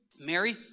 Mary